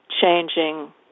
changing